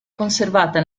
conservata